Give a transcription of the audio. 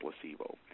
placebo